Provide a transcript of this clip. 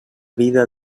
vida